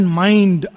mind